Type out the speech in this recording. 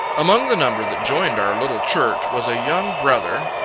among the number that joined our little church, was a young brother,